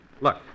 Look